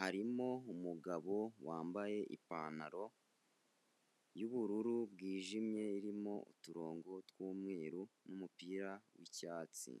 harimo umugabo wambaye ipantaro y'ubururu bwijimye irimo uturongo twumweru n'umupira w'icyatsi.